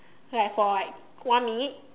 like for like one minute